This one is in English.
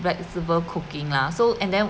flexible cooking lah so and then